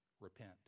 repent